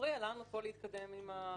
מפריע לנו פה להתקדם עם הצעת החוק.